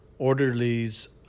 Orderlies